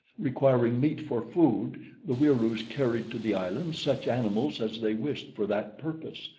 requiring meat for food the wieroos carried to the island such animals as they wished for that purpose.